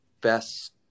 best